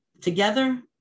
together